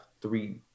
three